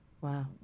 Wow